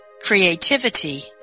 Creativity